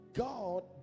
God